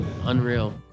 unreal